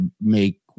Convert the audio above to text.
make